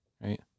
right